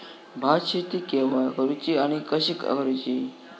भात शेती केवा करूची आणि कशी करुची?